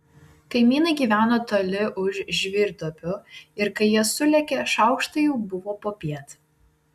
kaimynai gyveno toli už žvyrduobių ir kai jie sulėkė šaukštai jau buvo popiet